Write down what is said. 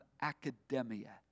academia